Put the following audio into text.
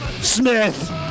Smith